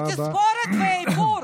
ותספורת ואיפור.